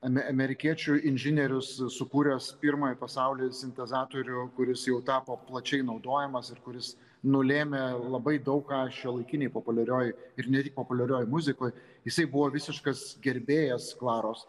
ame amerikiečių inžinierius sukūręs pirmą pasauly sintezatorių kuris jau tapo plačiai naudojamas ir kuris nulėmė labai daug ką šiuolaikinėj populiarioj ir ne tik populiarioj muzikoj jisai buvo visiškas gerbėjas klaros